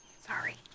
Sorry